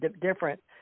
different